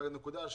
הנקודה השנייה,